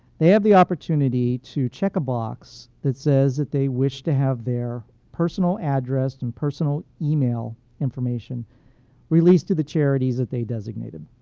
they have the opportunity to check a box that says that they wish to have their personal address and personal email information released to the charities that they've designated.